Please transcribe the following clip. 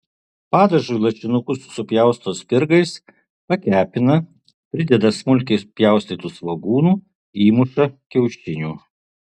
padažui lašinukus supjausto spirgais pakepina prideda smulkiai pjaustytų svogūnų įmuša kiaušinių